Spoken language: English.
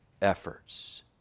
Efforts